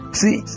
see